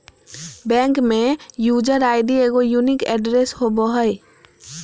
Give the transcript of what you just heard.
bank में user ID एगो unique address होबो हइ